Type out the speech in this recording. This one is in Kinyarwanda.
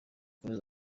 kunoza